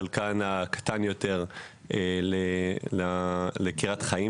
וחלקן הקטן יותר לקריית חיים,